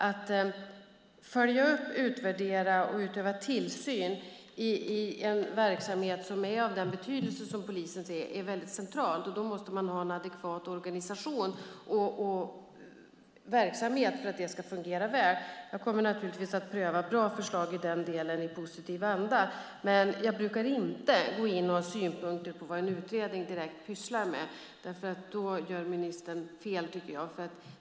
Att följa upp, utvärdera och utöva tillsyn i en verksamhet av sådan betydelse som polisen är väldigt centralt, och då måste man ha en adekvat organisation och verksamhet för att det ska fungera väl. Jag kommer naturligtvis att pröva bra förslag i den delen i positiv anda. Men jag brukar inte gå in och ha synpunkter på vad en utredning direkt sysslar med - det vore fel av en minister.